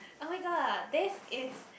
oh-my-god this is